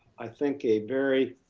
i think, a very